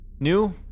New